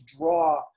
draw